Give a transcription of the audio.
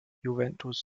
juventus